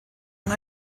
and